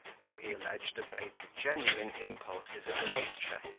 who, he alleged, obeyed the genuine impulses of nature,